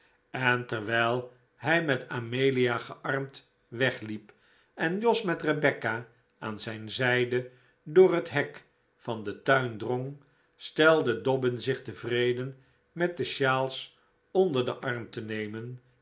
en terwijl hij met amelia gearmd wegliep en jos met rebecca aan zijn zijde door het hek van den tuin drong stelde dobbin zich tevreden met de sjaals onder den arm te nemen